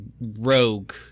rogue